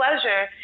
pleasure